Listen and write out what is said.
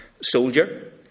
soldier